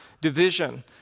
division